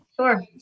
Sure